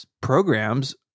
programs